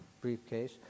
briefcase